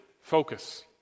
focus